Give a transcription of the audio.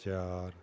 ਚਾਰ